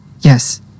Yes